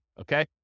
okay